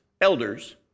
elders